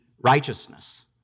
righteousness